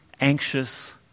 anxious